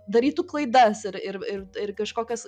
darytų klaidas ir ir ir ir kažkokias